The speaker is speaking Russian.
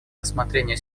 рассмотрение